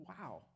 Wow